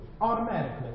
automatically